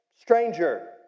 stranger